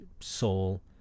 soul